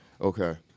Okay